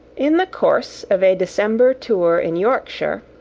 in the course of a december tour in yorkshire,